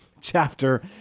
chapter